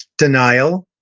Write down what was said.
denial,